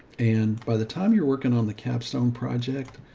and by the time you're working on the capstone project,